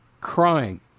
crying